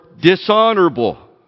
dishonorable